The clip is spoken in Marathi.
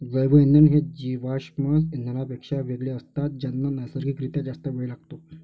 जैवइंधन हे जीवाश्म इंधनांपेक्षा वेगळे असतात ज्यांना नैसर्गिक रित्या जास्त वेळ लागतो